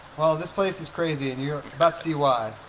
well this place is crazy and you're about see why.